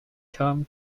term